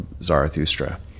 Zarathustra